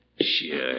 Sure